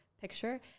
picture